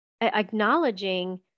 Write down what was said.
acknowledging